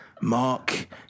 Mark